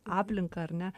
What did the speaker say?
aplinką ar ne